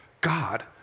God